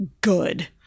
good